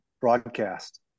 broadcast